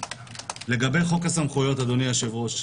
לגבי חוק הסמכויות, אדוני היושב-ראש,